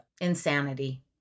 insanity